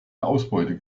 ausbeute